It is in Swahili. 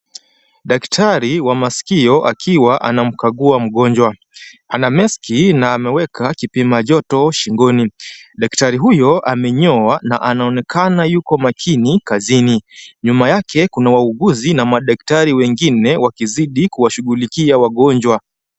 Daktari wa masikio akiwa anamkagua mgonjwa. Ana mask na ameweka kipimajoto shingoni. Daktari huyo amenyoa na anaonekana yuko makini kazini. Nyuma yake kuna wauguzi na madaktari wengi, wakizidi kuwashughulikia wagonjwa.